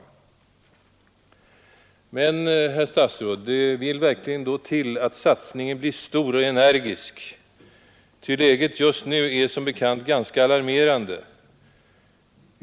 Men, herr statsråd, det vill då verkligen till att satsningen blir stor och energisk, ty läget just nu är som bekant ganska alarmerande.